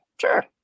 sure